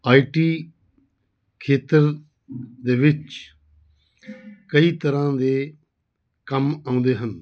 ਆਈ T ਖੇਤਰ ਦੇ ਵਿੱਚ ਕਈ ਤਰ੍ਹਾਂ ਦੇ ਕੰਮ ਆਉਂਦੇ ਹਨ